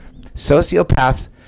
Sociopaths